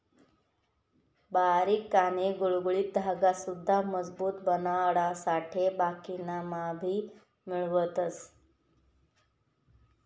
बारीक आणि गुळगुळीत धागा सुद्धा मजबूत बनाडासाठे बाकिना मा भी मिळवतस